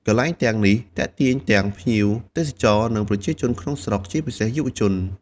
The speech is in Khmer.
កន្លែងទាំងនេះទាក់ទាញទាំងភ្ញៀវទេសចរ និងប្រជាជនក្នុងស្រុក ជាពិសេស យុវជន ។